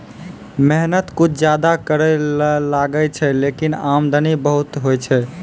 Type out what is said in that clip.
मेहनत कुछ ज्यादा करै ल लागै छै, लेकिन आमदनी बहुत होय छै